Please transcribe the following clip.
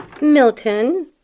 Milton